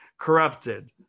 Corrupted